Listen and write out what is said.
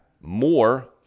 more